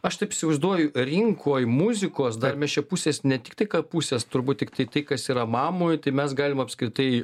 aš taip įsivaizduoju rinkoj muzikos dar mes čia pusės ne tik tai kad pusės turbūt tiktai tai kas yra mamoj tai mes galime apskritai